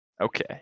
Okay